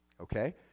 Okay